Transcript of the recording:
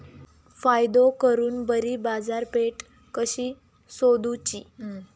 फायदो करून बरी बाजारपेठ कशी सोदुची?